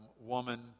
woman